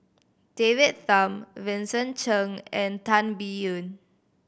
David Tham Vincent Cheng and Tan Biyun